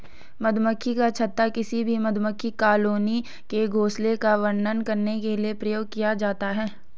मधुमक्खी का छत्ता किसी भी मधुमक्खी कॉलोनी के घोंसले का वर्णन करने के लिए प्रयोग किया जाता है